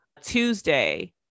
Tuesday